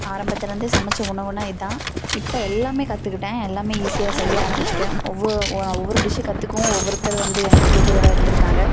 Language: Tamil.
ஆரம்பத்துலேருந்தே சமைத்த உணவுன்னா இதுதான் இப்போ எல்லாமே கற்றுக்கிட்டேன் எல்லாமே ஈஸியாக செய்ய ஆரம்பிச்சுட்டேன் ஒவ்வொரு நான் ஒவ்வொரு டிஷ்ஷு கற்றுக்கவும் ஒவ்வொருத்தர் வந்து எனக்கு தூண்டுதலாக இருந்திருக்காங்க